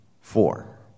four